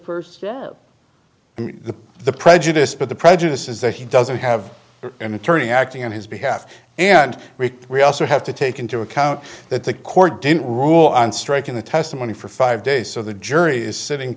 and the prejudice but the prejudice is that he doesn't have an attorney acting on his behalf and we also have to take into account that the court didn't rule on striking the testimony for five days so the jury is sitting